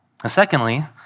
Secondly